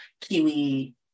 Kiwi